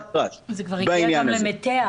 זה כבר הגיע גם למתיה.